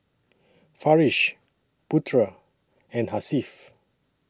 Farish Putera and Hasif